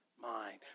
mind